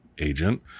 agent